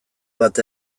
bat